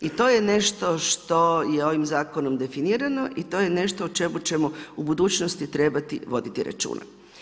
I to je nešto što je ovim zakonom definirano i to je nešto u čemu ćemo u budućnosti trebati voditi računa.